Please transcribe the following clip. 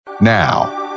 now